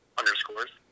underscores